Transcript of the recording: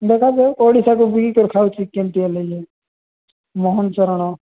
ଦେଖା ଯାଉ ଓଡ଼ିଶାକୁ ବିକି କରି ଖାଉଚି କି କେମିତି ହେଲେ ଯେ ମୋହନ ଚରଣ